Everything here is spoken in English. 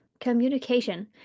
communication